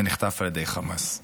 ונחטף על ידי חמאס.